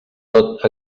tot